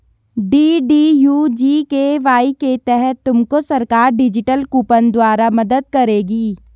DDU GKY के तहत तुमको सरकार डिजिटल कूपन द्वारा मदद करेगी